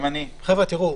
גם אני מצטרף